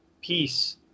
peace